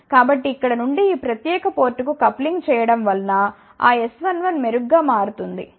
కాబట్టిఇక్కడ నుండి ఈ ప్రత్యేక పోర్టుకు కప్లింగ్ చేయడం వలన ఆ S11 మెరుగ్గా మారుతుంది